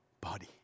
body